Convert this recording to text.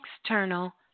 external